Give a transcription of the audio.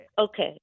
Okay